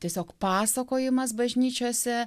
tiesiog pasakojimas bažnyčiose